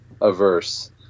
averse